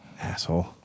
Asshole